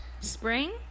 Spring